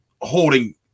holding